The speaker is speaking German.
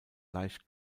leicht